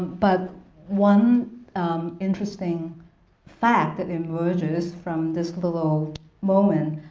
but one interesting fact that emerges from this little moment